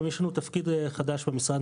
גם ישנו תפקיד במשרד,